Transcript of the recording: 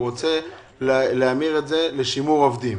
ורוצה להמיר את זה לשימור עובדים.